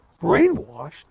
brainwashed